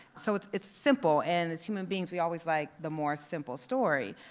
so it's it's simple, and as human beings, we always like the more simple story.